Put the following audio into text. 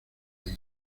isla